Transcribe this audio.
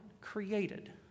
created